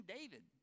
David